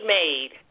made